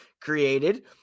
created